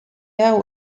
hau